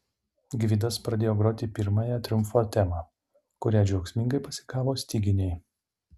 gvidas pradėjo groti pirmąją triumfo temą kurią džiaugsmingai pasigavo styginiai